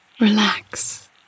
relax